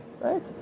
right